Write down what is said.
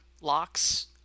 locks